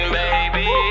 baby